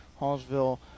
Hallsville